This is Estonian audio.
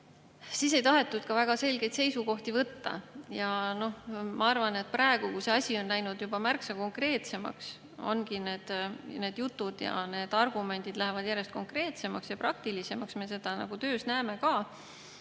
siis ei tahetud ka väga selgeid seisukohti võtta. Ma arvan, et praegu, kui see asi on läinud juba märksa konkreetsemaks, kui ongi need jutud ja argumendid läinud järjest praktilisemaks – me seda oma töös näeme ka,